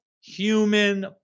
human